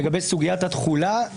לגבי סוגיית התחולה,